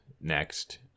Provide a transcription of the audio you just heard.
next